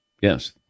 Yes